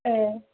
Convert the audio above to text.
ए